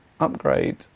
upgrade